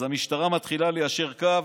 אז המשטרה מתחילה ליישר קו